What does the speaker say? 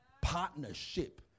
partnership